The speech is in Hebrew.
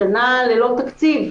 אנחנו בשנה ללא תקציב.